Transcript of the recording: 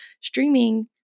Streaming